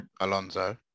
Alonso